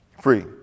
Free